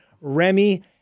Remy